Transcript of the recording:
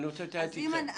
אני רוצה להתייעץ איתכם.